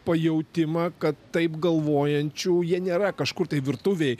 pajautimą kad taip galvojančių jie nėra kažkur tai virtuvėj